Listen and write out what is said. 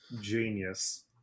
genius